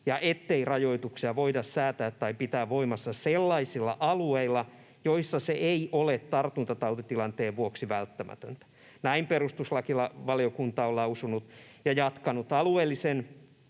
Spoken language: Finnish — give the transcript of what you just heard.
ettei rajoituksia voida säätää tai pitää voimassa sellaisilla alueilla, joissa se ei ole tartuntatautitilanteen vuoksi välttämätöntä.” Näin perustuslakivaliokunta on lausunut ja jatkanut: ”Alueellisen